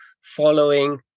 following